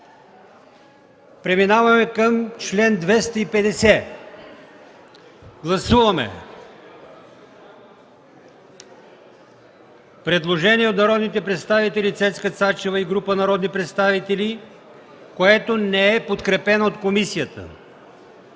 желаещи за изказвания? Гласуваме предложението на народния представител Цецка Цачева и група народни представители, което не е подкрепено от комисията.